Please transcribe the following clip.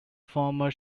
former